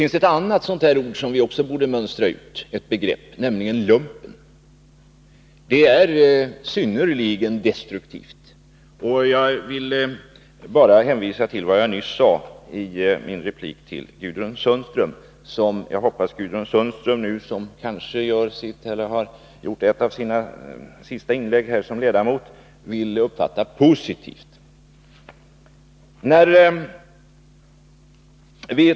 Ett annat ord som också borde mönstras ut är ordet ”lumpen”. Det begreppet är synnerligen destruktivt. Jag vill hänvisa till vad jag nyss sade i en replik till Gudrun Sundström. Jag hoppas för övrigt att Gudrun Sundström, som i egenskap av ledamot kanske har gjort ett av sina sista inlägg här i kammaren, uppfattar mina repliker till henne som positiva.